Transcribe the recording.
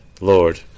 Lord